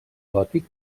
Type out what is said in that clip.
gòtic